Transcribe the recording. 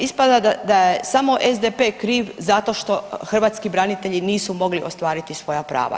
Ispada da je samo SDP kriv zato što hrvatski branitelji nisu mogli ostvariti svoja prava.